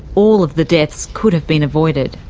all of the deaths could have been avoided.